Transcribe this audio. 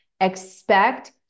Expect